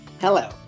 Hello